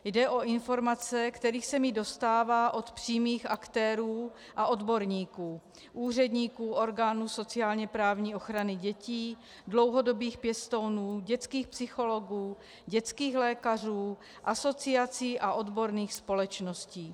Jde o informace, kterých se mi dostává od přímých aktérů a odborníků, úředníků, orgánů sociálněprávních ochrany dětí, dlouhodobých pěstounů, dětských psychologů, dětských lékařů, asociací a odborných společností.